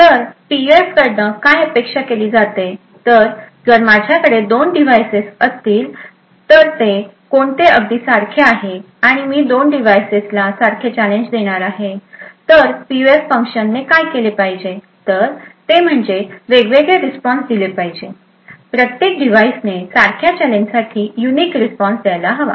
तर पीयूएफ कडून काय अपेक्षा केली जाते तर जर माझ्याकडे दोन डिव्हायसेस आहे तर कोणते अगदी सारखे आहे आणि मी दोन्ही डिव्हाइसेस ला सारखे चॅलेंज देणार आहे तर पीयूएफ फंक्शन ने काय केले पाहिजे तर ते म्हणजे वेगवेगळे रिस्पॉन्स दिले पाहिजे प्रत्येक डिव्हाईस ने सारख्या चॅलेंज साठी युनिक रिस्पॉन्स द्यायला हवे